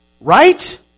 Right